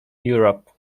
europe